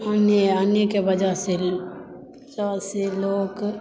अन्न अन्नेके वजह से लोक